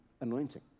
anointing